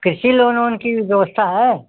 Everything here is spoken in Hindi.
कृषि लोन वोन की भी व्यवस्था है